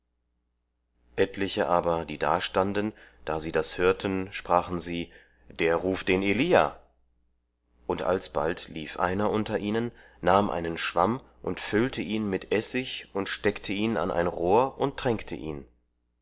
etliche aber die dastanden da sie das hörten sprachen sie der ruft den elia und alsbald lief einer unter ihnen nahm einen schwamm und füllte ihn mit essig und steckte ihn an ein rohr und tränkte ihn